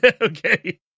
Okay